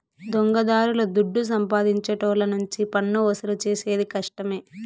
దొంగదారుల దుడ్డు సంపాదించేటోళ్ళ నుంచి పన్నువసూలు చేసేది కష్టమే